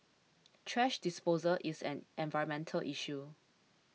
thrash disposal is an environmental issue